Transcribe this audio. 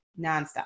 nonstop